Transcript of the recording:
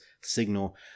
signal